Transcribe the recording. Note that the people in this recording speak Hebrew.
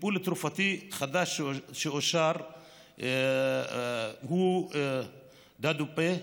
טיפול תרופתי חדש שאושר הוא דואודופה,